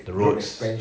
road ex~